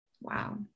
wow